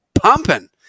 pumping